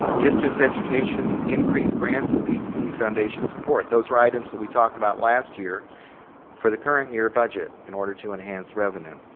ah distance education, increased grants and pcc foundation support, those were items that we talked about last year for the current year budget in order to enhance revenue,